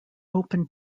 open